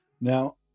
Now